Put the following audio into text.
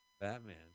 Batman